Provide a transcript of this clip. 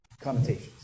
connotations